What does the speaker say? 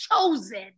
chosen